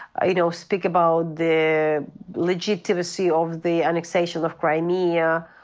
ah you know, speak about the legitimacy of the annexation of crimea,